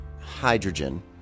hydrogen